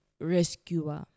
rescuer